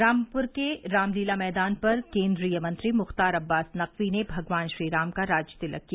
रामप्र के रामलीला मैदान पर केन्द्रीय मंत्री मुख्तार अब्बास नकवी ने भगवान श्री राम का राजतिलक किया